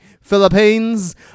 Philippines